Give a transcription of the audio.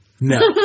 No